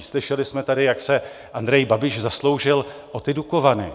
Slyšeli jsme tady, jak se Andrej Babiš zasloužil o Dukovany.